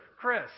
Chris